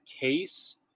case